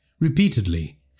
repeatedly